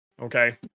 Okay